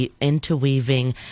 interweaving